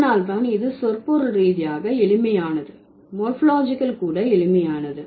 அதனால் தான் இது சொற்பொருள் ரீதியாக எளிமையானது மோர்பாலஜிகல் கூட எளிமையானது